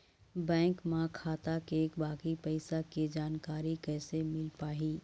Bank म खाता के बाकी पैसा के जानकारी कैसे मिल पाही?